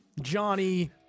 Johnny